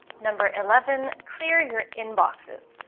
number eleven clear your inboxes.